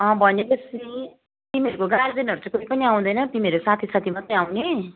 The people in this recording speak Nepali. भनेपछि तिमीहरूको गार्जियनहरू चाहिँ कोही पनि आउँदैन तिमीहरू साथीसाथी मात्रै आउने